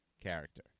character